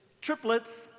triplets